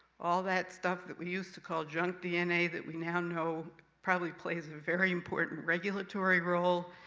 all that stuff that we used to call junk dna, that we now know probably plays a very important regulatory role.